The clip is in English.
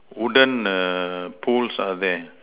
wooden err poles are there